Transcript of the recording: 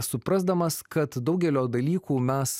suprasdamas kad daugelio dalykų mes